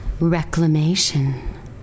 Reclamation